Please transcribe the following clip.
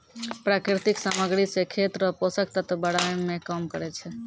प्राकृतिक समाग्री से खेत रो पोसक तत्व बड़ाय मे काम करै छै